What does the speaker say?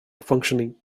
functioning